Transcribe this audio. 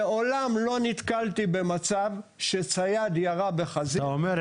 מעולם לא נתקלתי במצב שצייד ירה בחזיר --- אתה אומר,